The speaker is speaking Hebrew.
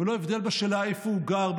בלא הבדל בשאלה איפה הוא גר,